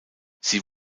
sie